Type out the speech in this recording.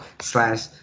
slash